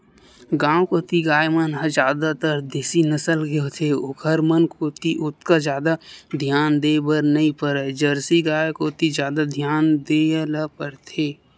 गांव कोती गाय मन ह जादातर देसी नसल के होथे ओखर मन कोती ओतका जादा धियान देय बर नइ परय जरसी गाय कोती जादा धियान देय ल परथे